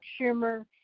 Schumer